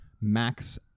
Max